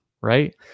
Right